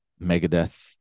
Megadeth